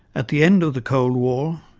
at the end of the cold war,